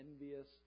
envious